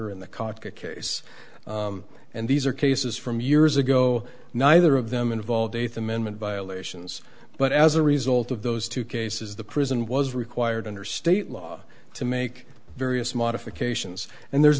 er in the kaka case and these are cases from years ago neither of them involved eighth amendment violations but as a result of those two cases the prison was required under state law to make various modifications and there's